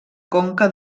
conca